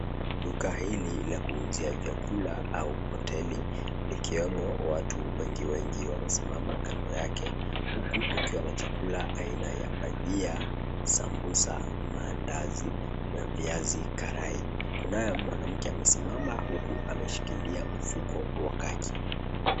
Duka hili la kuuzia vyakula au hoteli ikiwemo watu wengi wenye wamesimama kando yake, huku kukiwa na chakula aina ya bajia, sambusa, mandazi na viazi karai. Kunaye mwanamke amesimama huku ameshikilia mfuko wa khaki.